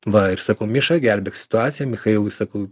va ir sako miša gelbėk situaciją michailui sakau